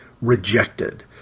rejected